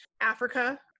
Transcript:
Africa